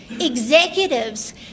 Executives